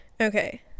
okay